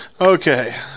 Okay